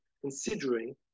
considering